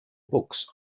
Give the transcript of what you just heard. books